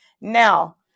Now